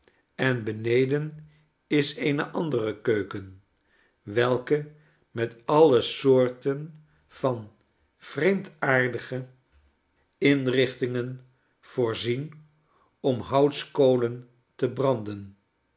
en beneden is eene andere keuken welke met alle soorten van vreemdaardige inrichtingen voorzien om houtskolen te branden